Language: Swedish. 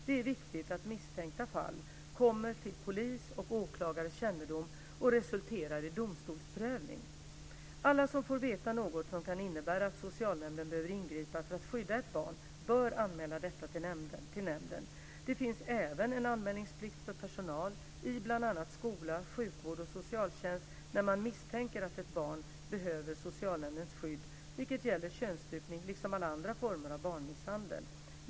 Det är viktigt att misstänkta fall kommer till polis och åklagares kännedom och resulterar i domstolsprövning. Alla som får veta något som kan innebära att socialnämnden behöver ingripa för att skydda ett barn bör anmäla detta till nämnden. Det finns även en anmälningsplikt för personal i bl.a. skola, sjukvård och socialtjänst när man misstänker att ett barn behöver socialnämndens skydd, vilket gäller könsstympning liksom alla andra former av barnmisshandel.